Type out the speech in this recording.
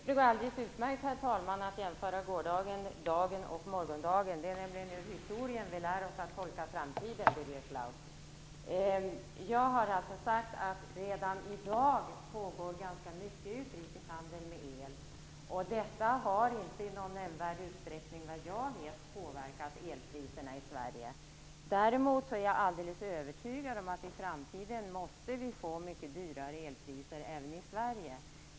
Herr talman! Jag tycker att det går alldeles utmärkt att jämföra gårdagen, dagen och morgondagen med varandra. Det är nämligen genom historien som vi lär oss att tolka framtiden, Birger Schlaug. Jag har sagt att det redan i dag pågår ganska mycket av utrikeshandel med el och att detta, såvitt jag vet, inte i någon nämnvärd utsträckning har påverkat elpriserna i Sverige. Däremot är jag alldeles övertygad om att vi i framtiden måste få mycket dyrare elpriser även i Sverige.